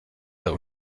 der